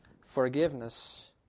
forgiveness